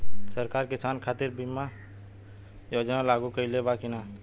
सरकार किसान खातिर बीमा योजना लागू कईले बा की ना?